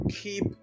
Keep